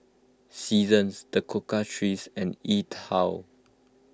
Seasons the Cocoa Trees and E twow